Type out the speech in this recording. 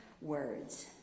words